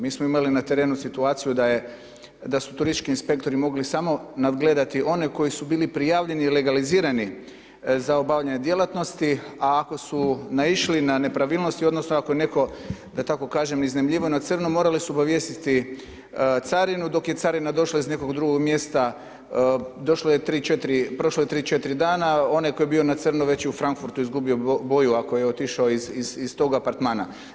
Mi smo imali na terenu situaciju da su turistički inspektori mogli samo nadgledati one koji su bili prijavljeni i legalizirani za obavljanje djelatnosti a ako su naišli na nepravilnosti odnosno ako je netko da tako kažem, iznajmljivao na crno, morali su obavijestiti carinu, dok je carina došla iz nekog drugog mjesta, prošlo je 3,4 sana, onaj tko je bio na crno već je u Frankfurtu izgubio boju ako je otišao iz tog apartmana.